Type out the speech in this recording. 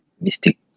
mystic